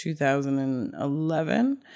2011